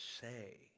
say